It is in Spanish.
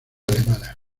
alemana